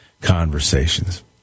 conversations